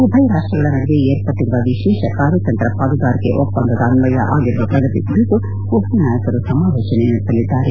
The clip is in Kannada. ಉಭಯ ರಾಷ್ಟಗಳ ನಡುವೆ ಏರ್ಪಟ್ಟಿರುವ ವಿಶೇಷ ಕಾರ್ಯತಂತ್ರ ಪಾಲುದಾರಿಕೆ ಒಪ್ಪಂದದ ಅನ್ವಯ ಆಗಿರುವ ಪ್ರಗತಿ ಕುರಿತು ಇಬ್ಬರು ನಾಯಕರು ಸಮಾಲೋಚನೆ ನಡೆಸಲಿದ್ದಾರೆ